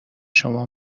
شما